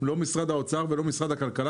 לא משרד האוצר ולא משרד הכלכלה,